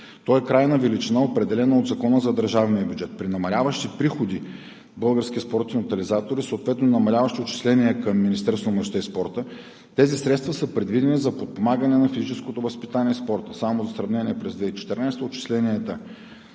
Той е крайна величина, определена от Закона за държавния бюджет. При намаляващи приходи Българският спортен тотализатор и съответно намаляващи отчисления към Министерството на младежта и спорта тези средства са предвидени за подпомагане на физическото възпитание и спорта. Само за сравнение, през 2014 г. отчисленията